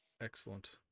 Excellent